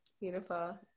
beautiful